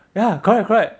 ya correct correct